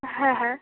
হ্যাঁ হ্যাঁ